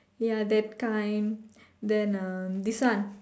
ya that kind then uh this one